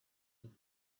would